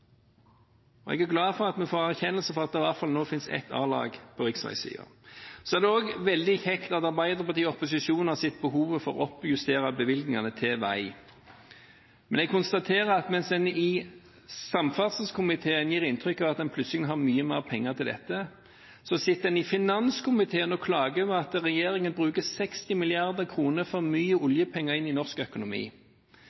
Jeg er glad for at det nå er en erkjennelse av at det i hvert fall nå fins ett A-lag, på riksveisiden. Så er det også veldig kjekt at Arbeiderpartiet i opposisjon har sett behovet for å oppjustere bevilgningene til vei. Men jeg konstaterer at mens en i samferdselskomiteen gir inntrykk av at en plutselig har mye mer penger til dette, sitter en i finanskomiteen og klager over at regjeringen bruker 60 mrd. kr for mye